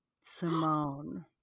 Simone